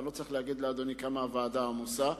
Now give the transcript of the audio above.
ואני לא צריך להגיד לאדוני כמה הוועדה עמוסה.